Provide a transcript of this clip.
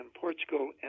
Portugal